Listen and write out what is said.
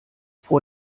vor